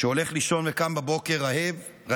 שהולך לישון וקם בבוקר רעב,